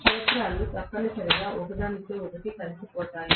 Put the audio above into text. క్షేత్రాలు తప్పనిసరిగా ఒకదానితో ఒకటి కలిసిపోతాయి